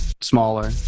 smaller